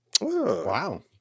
Wow